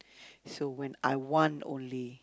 so when I want only